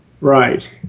Right